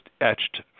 etched